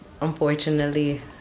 unfortunately